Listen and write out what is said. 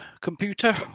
computer